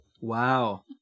Wow